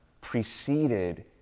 preceded